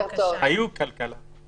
הרבה פעמים כי הם לא מכירים מספיק את הנתונים,